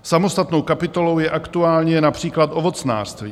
Samostatnou kapitolou je aktuálně například ovocnářství.